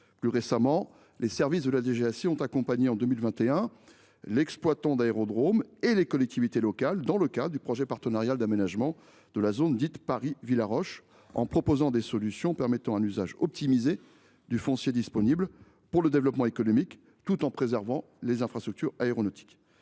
Plus récemment, en 2021, les services de la DGAC ont accompagné l’exploitant de l’aérodrome et les collectivités locales dans le cadre du projet partenarial d’aménagement de la zone dite Paris Villaroche, en proposant des solutions visant à optimiser l’usage du foncier disponible pour le développement économique tout en préservant les infrastructures aéronautiques.